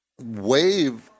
wave